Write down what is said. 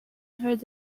heard